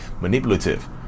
manipulative